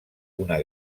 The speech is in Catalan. una